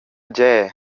gie